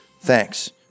Thanks